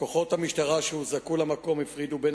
כוחות המשטרה שהוזעקו למקום הפרידו בין